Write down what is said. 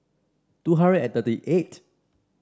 two hundred and thirty eight